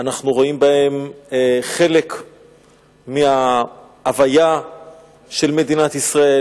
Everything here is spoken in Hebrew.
אנחנו רואים בהם חלק מההוויה של מדינת ישראל.